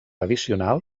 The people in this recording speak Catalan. addicional